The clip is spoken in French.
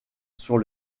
sur